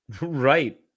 Right